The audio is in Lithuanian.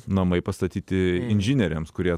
namai pastatyti inžinieriams kurie